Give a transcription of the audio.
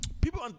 people